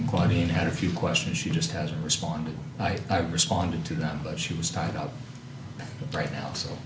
review quality and had a few questions she just hasn't responded i responded to that but she was tied up right now so